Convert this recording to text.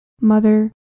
mother